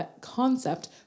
concept